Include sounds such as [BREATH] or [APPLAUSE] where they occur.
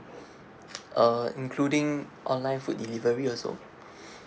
uh including online food delivery also [BREATH]